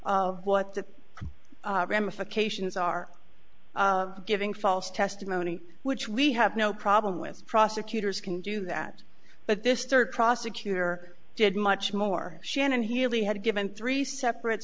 her what the ramifications are giving false testimony which we have no problem with prosecutors can do that but this third prosecutor did much more shannon he really had given three separate